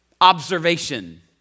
observation